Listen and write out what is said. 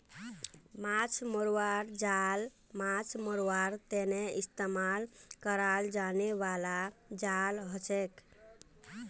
माछ मरवार जाल माछ मरवार तने इस्तेमाल कराल जाने बाला जाल हछेक